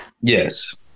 yes